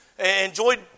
Enjoyed